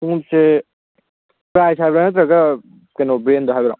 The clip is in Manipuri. ꯈꯨꯃꯨꯛꯁꯦ ꯄ꯭ꯔꯥꯏꯁꯇ ꯍꯥꯏꯌꯨꯔ ꯅꯠꯇ꯭ꯔꯒ ꯀꯩꯅꯣ ꯕ꯭ꯔꯥꯟꯗ ꯍꯥꯏꯌꯨꯔꯣ